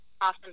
Awesome